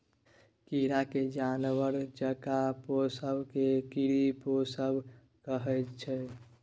कीरा केँ जानबर जकाँ पोसब केँ कीरी पोसब कहय छै